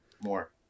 more